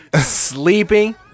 sleeping